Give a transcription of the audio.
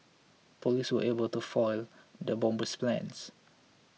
police were able to foil the bomber's plans